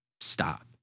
Stop